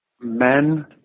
men